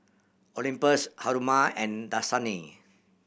Olympus Haruma and Dasani